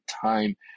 time